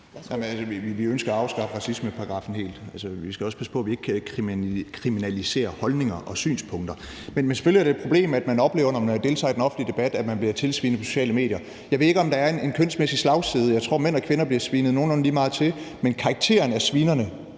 vi ønsker at afskaffe racismeparagraffen helt. Vi skal også passe på, at vi ikke kriminaliserer holdninger og synspunkter. Men det er selvfølgelig et problem, at man oplever, når man deltager i den offentlige debat, at man bliver tilsvinet på de sociale medier. Jeg ved ikke, om der er en kønsmæssig slagside. Jeg tror, at mænd og kvinder bliver svinet nogenlunde lige meget til, men karakteren af svineriet